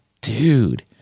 dude